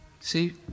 See